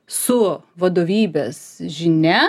su vadovybės žinia